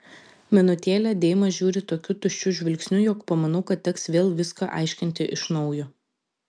minutėlę deima žiūri tokiu tuščiu žvilgsniu jog pamanau kad teks vėl viską aiškinti iš naujo